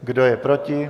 Kdo je proti?